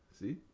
See